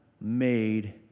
made